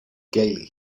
gaily